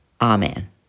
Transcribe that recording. Amen